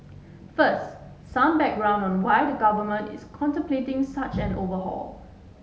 first some background on why the government is contemplating such an overhaul